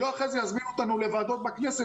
שלא אחרי זה יזמינו אותנו לוועדות בכנסת